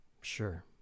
Sure